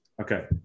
Okay